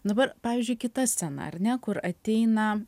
dabar pavyzdžiui kita scena ar ne kur ateina